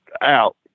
out